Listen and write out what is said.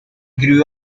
grew